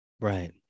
Right